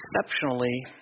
exceptionally